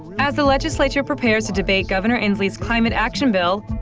as the legislature prepares to debate governor inslee's climate action bill,